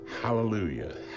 Hallelujah